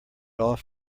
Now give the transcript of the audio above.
off